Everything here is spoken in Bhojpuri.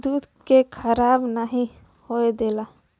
ई दूध के खराब नाही होए देला